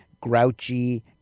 grouchy